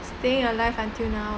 staying alive until now